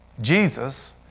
Jesus